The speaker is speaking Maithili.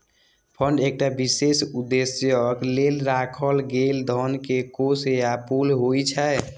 फंड एकटा विशेष उद्देश्यक लेल राखल गेल धन के कोष या पुल होइ छै